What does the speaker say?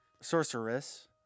sorceress